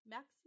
Max